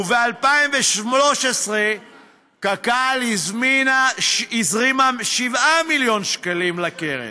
וב-2013 קק"ל הזרימה 7 מיליון שקלים לקרן,